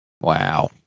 Wow